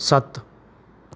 ਸੱਤ